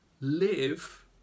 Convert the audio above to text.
live